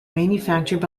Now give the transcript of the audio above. manufactured